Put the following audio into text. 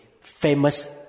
famous